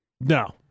No